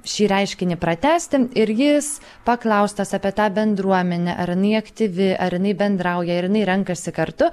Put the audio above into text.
šį reiškinį pratęsti ir jis paklaustas apie tą bendruomenę ar jinai aktyvi ar jinai bendrauja ar jinai renkasi kartu